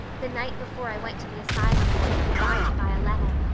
the night before i went to the asylum i said good-bye to violetta,